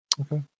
Okay